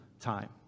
time